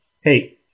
hey